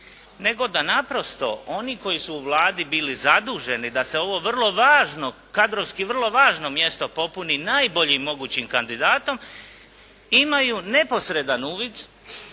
nego da naprosto oni koji su u Vladi bili zaduženi da se ovo vrlo važno, kadrovski vrlo važno mjesto popuni najboljim mogućim kandidatom imaju neposredan uvid